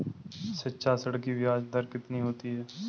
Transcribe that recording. शिक्षा ऋण की ब्याज दर कितनी होती है?